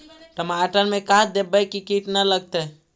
टमाटर में का देबै कि किट न लगतै?